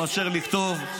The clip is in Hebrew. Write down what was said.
מאשר לכתוב,